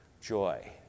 joy